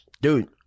Dude